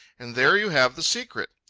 and there you have the secret.